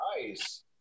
nice